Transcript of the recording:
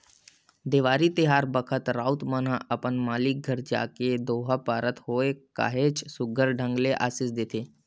देवारी तिहार बखत राउत मन ह अपन मालिक घर जाके दोहा पारत होय काहेच सुग्घर ढंग ले असीस देथे